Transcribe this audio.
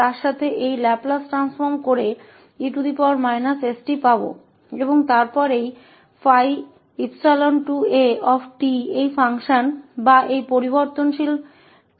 तो इस लैपलेस को उस परिभाषा के साथ बदलना जो हमारे पास e st है और फिर इस 𝜙𝜖a को इस फ़ंक्शन या इस चर 𝑡 पर इंटेग्रटिंग किया जाएगा